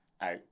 Out